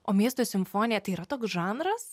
o miesto simfonija tai yra toks žanras